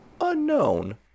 unknown